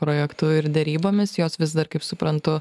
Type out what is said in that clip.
projektu ir derybomis jos vis dar kaip suprantu